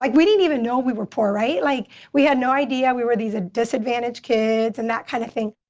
like we didn't even know we were poor, right? like, we had no idea we were these ah disadvantaged kids and that kind of thing.